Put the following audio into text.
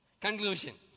Conclusion